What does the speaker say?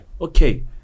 Okay